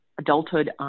adulthood